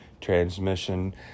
transmission